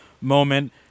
moment